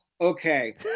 okay